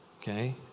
Okay